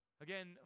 Again